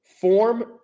form